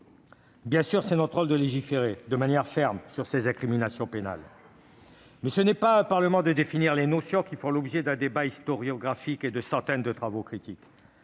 Bien sûr, il est de notre rôle de légiférer de manière ferme sur ces incriminations pénales, mais ce n'est pas à un Parlement de définir les notions qui font l'objet d'un débat historiographique et de centaines de travaux critiques.